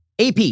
AP